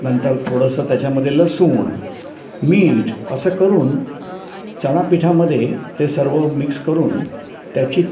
नंतर थोडंसं त्याच्यामध्ये लसूण मीठ असं करून चणा पिठामध्ये ते सर्व मिक्स करून त्याची